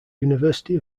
university